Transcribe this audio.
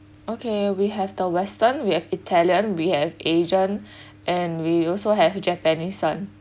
okay we have the western we have italian we have asian and we also have japanese one